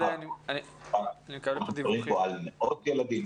אנחנו מדברים פה על מאות ילדים,